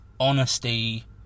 Honesty